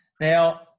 Now